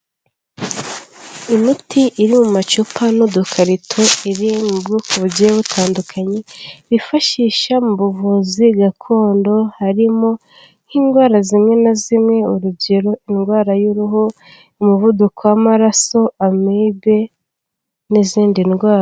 Imiti iri mu macupa n'udukarito iri mu bwoko bugiye butandukanye, bifashisha mu buvuzi gakondo harimo nk'indwara zimwe na zimwe urugero: indwara y'uruhu, umuvuduko w'amaraso, amibe n'izindi ndwara.